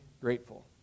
grateful